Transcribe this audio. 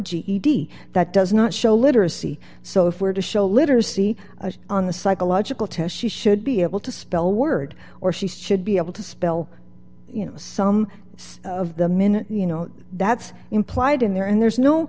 ged that does not show literacy so if we're to show literacy on the psychological test she should be able to spell word or she should be able to spell you know some of the minute you know that's implied in there and there's no